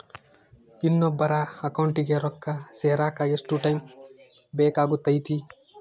ಇನ್ನೊಬ್ಬರ ಅಕೌಂಟಿಗೆ ರೊಕ್ಕ ಸೇರಕ ಎಷ್ಟು ಟೈಮ್ ಬೇಕಾಗುತೈತಿ?